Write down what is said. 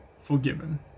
forgiven